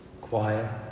quiet